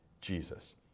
Jesus